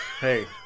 Hey